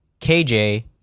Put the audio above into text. KJ